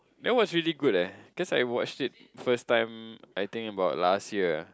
that was really good eh cause I watched it first time I think about last year